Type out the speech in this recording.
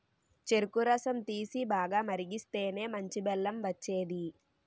చెరుకు రసం తీసి, బాగా మరిగిస్తేనే మంచి బెల్లం వచ్చేది